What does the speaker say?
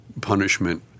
punishment